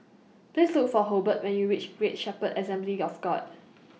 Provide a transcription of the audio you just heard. Please Look For Hobart when YOU REACH Great Shepherd Assembly of God